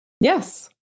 Yes